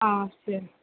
ஆ சரி